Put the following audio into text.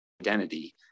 identity